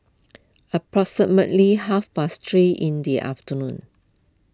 approximately half past three in the afternoon